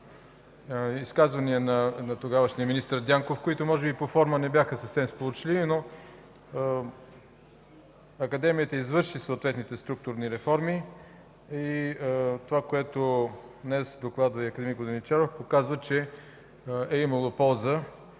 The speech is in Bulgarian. изказвания на тогавашния министър Дянков, които може би по форма не бяха съвсем сполучливи, но Академията извърши съответните структурни реформи и това, което днес докладва акад. Воденичаров, показва че е имало полза,